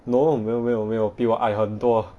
no 没有没有没有比我矮很多